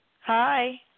Hi